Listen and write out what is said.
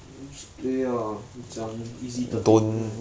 just play ah 讲 easy thirteen right